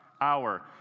hour